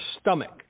stomach